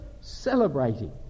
celebrating